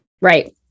Right